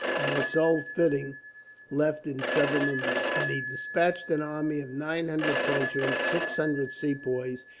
our sole footing left in southern india and he despatched an army of nine hundred frenchmen, six hundred sepoys,